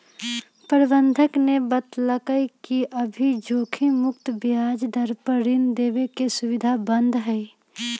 प्रबंधक ने बतल कई कि अभी जोखिम मुक्त ब्याज दर पर ऋण देवे के सुविधा बंद हई